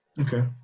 Okay